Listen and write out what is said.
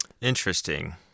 interesting